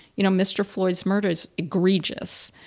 you know, mr. floyd's murder is egregious,